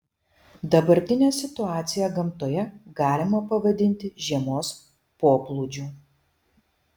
dabartinę situaciją gamtoje galima pavadinti žiemos poplūdžiu